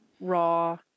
raw